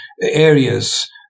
areas